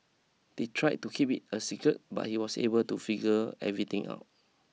they tried to keep it a secret but he was able to figure everything out